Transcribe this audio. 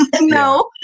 No